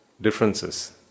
differences